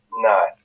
no